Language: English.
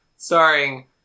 Starring